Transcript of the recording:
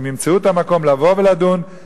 הם ימצאו את המקום לבוא ולדון,